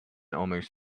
almost